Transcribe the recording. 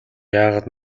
яагаад